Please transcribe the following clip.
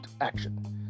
action